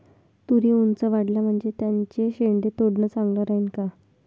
तुरी ऊंच वाढल्या म्हनजे त्याचे शेंडे तोडनं चांगलं राहीन का?